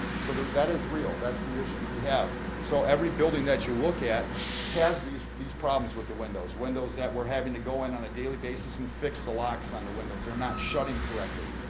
so that is real, that's the issues we have. so every building that you look at has these these problems with the windows, windows that we're having to go in on a daily basis and fix the locks on the windows. they're not shutting correctly.